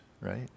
right